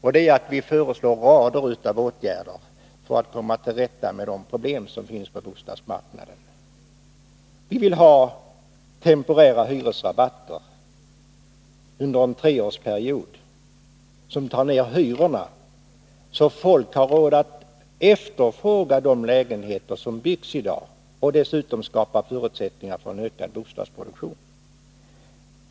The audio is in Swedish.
Vi föreslår nämligen rader av åtgärder för att komma till rätta med de problem som finns på bostadsmarknaden. Vi vill ha temporära hyresrabatter under en treårsperiod, som tar ned hyrorna så att folk har råd att efterfråga de lägenheter som byggs i dag och dessutom skapar förutsättningar för en ökad bostadsproduktion.